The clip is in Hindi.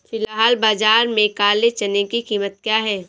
फ़िलहाल बाज़ार में काले चने की कीमत क्या है?